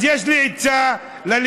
אז יש לי עצה לליכודניקים: